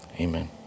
Amen